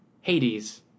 Hades